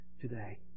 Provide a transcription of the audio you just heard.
today